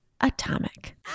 atomic